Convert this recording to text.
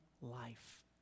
life